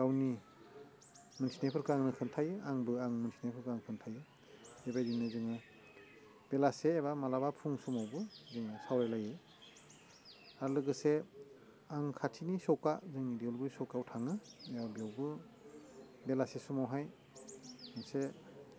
गावनि मोनथिनायफोरखौ आंनो खोन्थायो आंबो आं मोनथिनायफोरखौ आं खोनथायो बेबायदिनो जोङो बेलासे एबा मालाबा फुं समावबो जोङो सावरायलायो आरो लोगोसे आं खाथिनि सक्का जोंनि बेम्बु सकाव थाङो बेवबो बेलासे समावहाय मोनसे